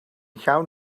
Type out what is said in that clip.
llawn